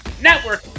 Network